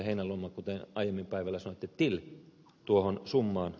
heinäluoma kuten aiemmin päivällä sanoitte till tuohon summaan